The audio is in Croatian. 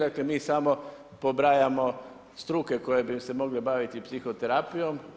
Dakle, mi samo pobrajamo struke koje bi se mogle baviti psihoterapijom.